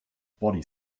body